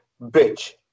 bitch